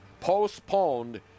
postponed